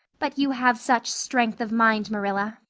but you have such strength of mind, marilla.